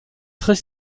très